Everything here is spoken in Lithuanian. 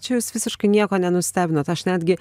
čia jūs visiškai nieko nenustebinot aš netgi